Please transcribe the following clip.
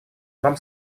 вам